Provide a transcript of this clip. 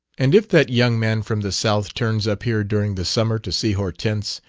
and if that young man from the south turns up here during the summer to see hortense,